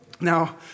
Now